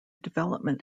development